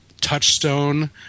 touchstone